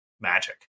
magic